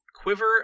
quiver